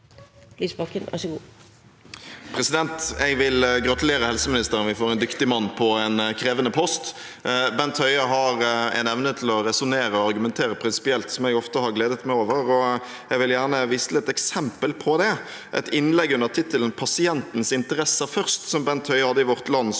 Jeg vil gratule- re helseministeren. Vi får en dyktig mann på en krevende post. Bent Høie har en evne til å resonnere og argumentere prinsipielt, som jeg ofte har gledet meg over, og jeg vil gjerne vise til et eksempel på det: et innlegg under tittelen «Pasienters interesser først», som Bent Høie hadde i Vårt Land 27. februar